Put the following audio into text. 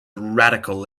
radical